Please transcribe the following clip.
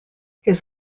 his